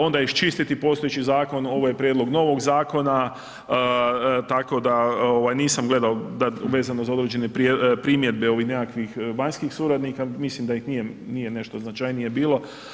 Onda iščistiti postojeći zakon, ovo je prijedlog novog zakona, tako da nisam gledao vezano za određene primjedbe ovih nekih vanjskih suradnika, mislim da ih nije nešto značajnije bilo.